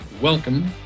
welcome